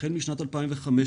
החל משנת 2015,